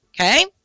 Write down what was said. Okay